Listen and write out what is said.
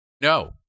no